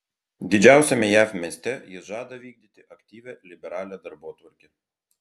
didžiausiame jav mieste jis žada vykdyti aktyvią liberalią darbotvarkę